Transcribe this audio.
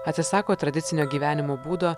atsisako tradicinio gyvenimo būdo